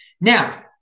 Now